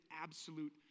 absolute